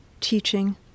teaching